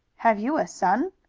have you a son?